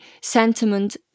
sentiment